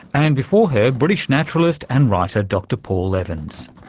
and, before her, british naturalist and writer dr paul evans.